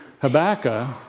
Habakkuk